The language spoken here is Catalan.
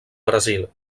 brasil